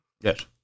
Yes